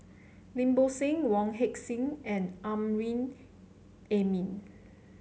Lim Bo Seng Wong Heck Sing and Amrin Amin